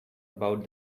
about